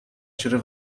چرا